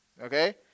Okay